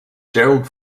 gerald